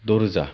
दरोजा